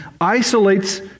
isolates